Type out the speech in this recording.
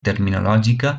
terminològica